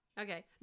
Okay